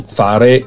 fare